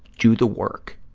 do the work.